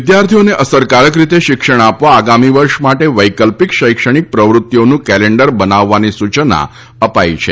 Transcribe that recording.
વિદ્યાર્થીઓને અસરકારક રીતે શિક્ષણ આપવા આગામી વર્ષ માટે વૈકલ્પિક શૈક્ષણિક પ્રવૃત્તિઓનું કેલેન્ડર બનાવવાની સૂચના અપાઈ છે